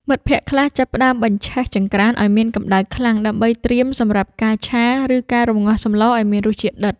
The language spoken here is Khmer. មិត្តភក្តិខ្លះចាប់ផ្ដើមបញ្ឆេះចង្ក្រានឱ្យមានកម្ដៅខ្លាំង ដើម្បីត្រៀមសម្រាប់ការឆា ឬការរំងាស់សម្លឱ្យមានរសជាតិដិត។